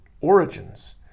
Origins